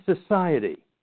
society